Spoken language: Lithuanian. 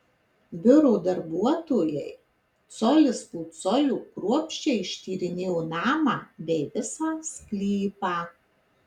biuro darbuotojai colis po colio kruopščiai ištyrinėjo namą bei visą sklypą